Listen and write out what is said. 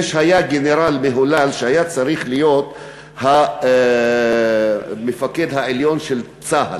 היה גנרל מהולל שהיה צריך להיות המפקד העליון של צה"ל,